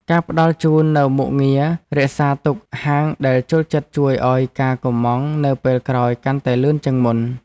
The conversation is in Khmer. ការផ្តល់ជូននូវមុខងាររក្សាទុកហាងដែលចូលចិត្តជួយឱ្យការកុម្ម៉ង់នៅពេលក្រោយកាន់តែលឿនជាងមុន។